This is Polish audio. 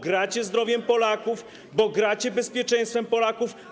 Gracie zdrowiem Polaków, gracie bezpieczeństwem Polaków.